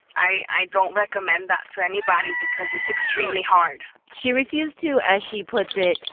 i don't recommend that to anybody because it's extremely hard she refused to, as she puts it,